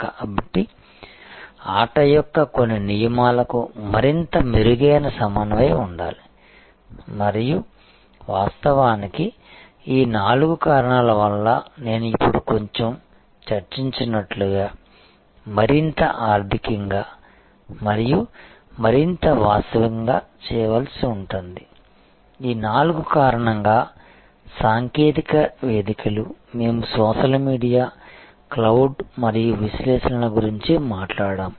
కాబట్టి ఆట యొక్క కొన్ని నియమాలకు మరింత మెరుగైన సమన్వయం ఉండాలి మరియు వాస్తవానికి ఈ నాలుగు కారణాల వల్ల నేను ఇప్పుడు కొంచెం చర్చించినట్లుగా మరింత ఆర్ధికంగా మరియు మరింత వాస్తవంగా చేయాల్సి ఉంది ఈ నాలుగు కారణంగా సాంకేతిక వేదికలు మేము సోషల్ మీడియా క్లౌడ్ మరియు విశ్లేషణల గురించి మాట్లాడాము